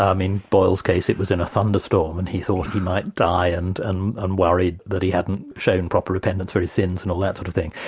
um in boyle's case it was in a thunderstorm, and he thought he might die and and and worried that he hadn't shown proper attendance to his sins and all that sort of thing,